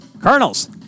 Colonels